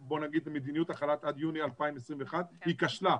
מדיניות החל"ת עד יוני 2021. היא כשלה.